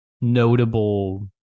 notable